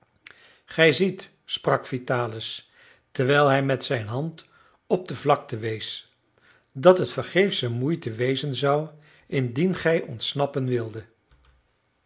gij ziet sprak vitalis terwijl hij met zijn hand op de vlakte wees dat het vergeefsche moeite wezen zou indien gij ontsnappen wildet